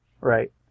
Right